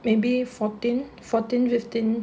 maybe fourteen fourteen fifteen